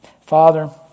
Father